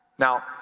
Now